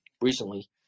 recently